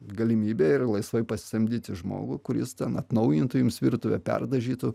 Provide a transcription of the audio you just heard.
galimybę ir laisvai pasisamdyti žmogų kuris ten atnaujintų jums virtuvę perdažytų